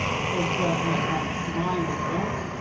the first question that comes to mind as well,